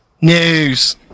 News